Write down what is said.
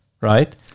right